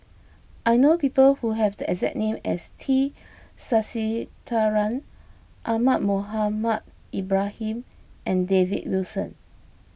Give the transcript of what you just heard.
I know people who have the exact name as T Sasitharan Ahmad Mohamed Ibrahim and David Wilson